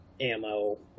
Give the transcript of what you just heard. ammo